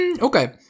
Okay